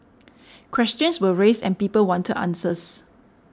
questions were raised and people wanted answers